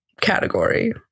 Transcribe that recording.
category